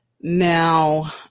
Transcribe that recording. now